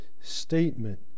statement